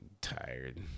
tired